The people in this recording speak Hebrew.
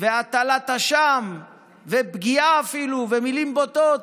והטלת אשם ופגיעה אפילו ומילים בוטות,